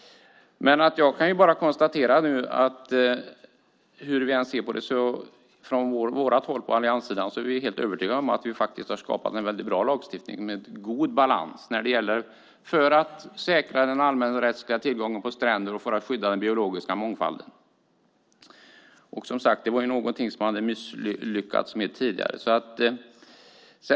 Jag kan bara konstatera att hur vi än ser på det är vi från allianssidan helt övertygade om att vi har skapat en väldigt bra lagstiftning, med god balans, för att säkra den allmänrättsliga tillgången på stränder och för att skydda den biologiska mångfalden. Det var, som sagt, någonting som man misslyckades med tidigare.